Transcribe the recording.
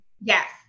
Yes